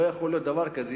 לא יכול להיות דבר כזה.